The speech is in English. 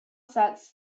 sets